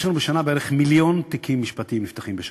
יש לנו בערך מיליון תיקים משפטיים שנפתחים בשנה.